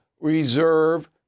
reserve